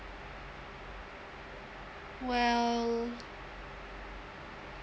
well